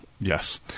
yes